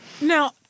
Now